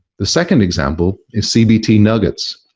the second example is cbt nuggets,